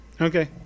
Okay